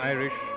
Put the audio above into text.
Irish